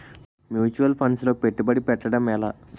Mutual funds లో పెట్టుబడి పెట్టడం ఎలా?